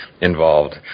involved